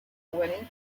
winning